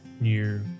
new